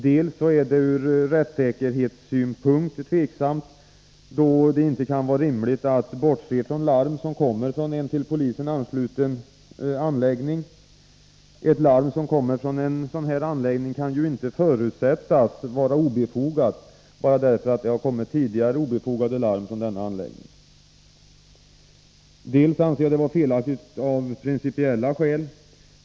Dels är den tveksam ur rättssäkerhetssynpunkt, då det inte kan vara rimligt att bortse från larm som kommer från en till polisen ansluten anläggning. Ett larm som kommer från en sådan anläggning kan ju inte förutsättas vara obefogat bara därför att det tidigare har kommit obefogade larm från anläggningen. Dels anser jag den föreslagna lagstiftningen vara felaktig av principiella skäl.